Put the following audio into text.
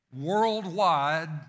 worldwide